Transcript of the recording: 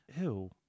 ew